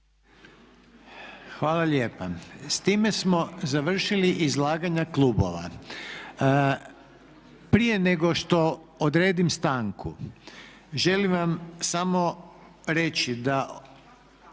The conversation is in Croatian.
Hvala lijepa. S time smo završili izlaganja klubova. Prije nego što odredim stanku želim vam samo reći da